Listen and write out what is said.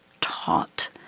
taught